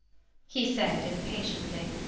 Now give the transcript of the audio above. he said impatiently.